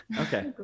Okay